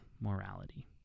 morality